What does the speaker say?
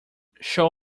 show